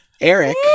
Eric